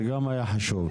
זה גם היה חשוב.